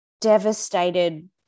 devastated